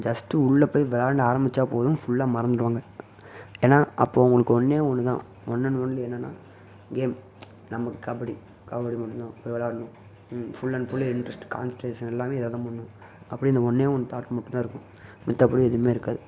just உள்ள போய் விளாண்ட ஆரமிச்சால் போதும் ஃபுல்லாக மறந்துருவாங்க ஏன்னா அப்போ உங்களுக்கு ஒன்றே ஒன்று தான் ஒன் அண்ட் ஒன்லி என்னென்னா கேம் நமக்கு கபடி கபடி மட்டும் தான் போய் விளாட்ணும் full and full interest concentration எல்லாமே இதாக தான் பண்ணும் அப்படியே இந்த ஒன்றே ஒன்று தாட் மட்டும் தான் இருக்கும் மத்தபடி எதுவுமே இருக்காது